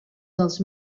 dels